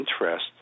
interest